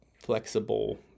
flexible